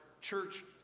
church